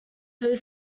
though